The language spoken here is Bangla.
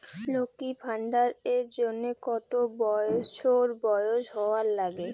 লক্ষী ভান্ডার এর জন্যে কতো বছর বয়স হওয়া লাগে?